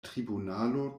tribunalo